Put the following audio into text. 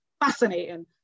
fascinating